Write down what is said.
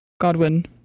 Godwin